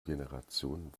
generation